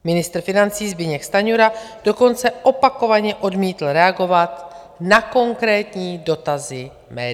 Ministr financí Zbyněk Stanjura dokonce opakovaně odmítl reagovat na konkrétní dotazy médií.